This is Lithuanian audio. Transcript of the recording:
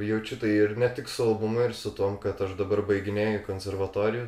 jaučiu tai ir ne tik su albumu ir su tuom kad aš dabar baiginėju konservatoriją